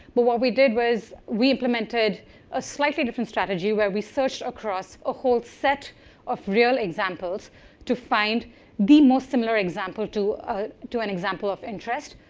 but what we did was we implemented a slightly different strategy where we searched across a whole set of real examples to find the most similar example to ah to an example of interest